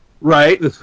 Right